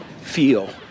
feel